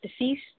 deceased